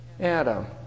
Adam